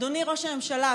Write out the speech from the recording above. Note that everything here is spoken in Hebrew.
אדוני ראש הממשלה,